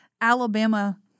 Alabama